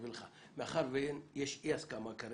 מאחר ויש אי הסכמה על